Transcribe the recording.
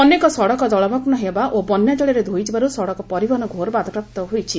ଅନେକ ସଡ଼କ ଜଳମଗ୍ନ ହେବା ଓ ବନ୍ୟାଜଳରେ ଧୋଇଯିବାରୁ ସଡ଼କ ପରିବହନ ଘୋର ବାଧାପ୍ରାପ୍ତ ହୋଇଛି